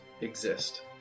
exist